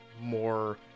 more